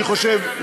אני חושב,